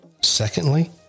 Secondly